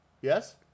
Yes